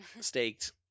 Staked